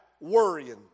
worrying